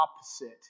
opposite